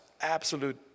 absolute